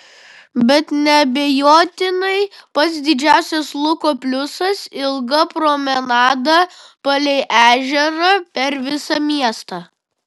bet neabejotinai pats didžiausias luko pliusas ilga promenada palei ežerą per visą miestą